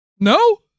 No